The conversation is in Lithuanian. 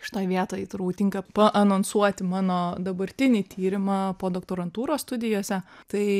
šitoj vietoj turbūt tinka paanonsuoti mano dabartinį tyrimą podoktorantūros studijose tai